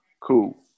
cool